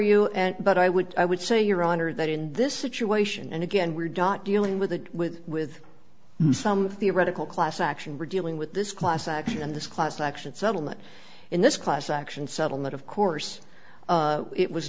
and but i would i would say your honor that in this situation and again we're dot dealing with the with with some of the radical class action revealing with this class action in this class action settlement in this class action settlement of course it was